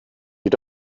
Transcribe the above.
you